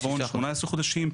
עוון זה 18 חודשים,